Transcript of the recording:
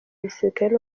gisirikare